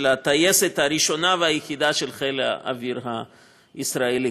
הטייסת הראשונה והיחידה של חיל האוויר הישראלי.